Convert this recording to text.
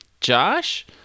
Josh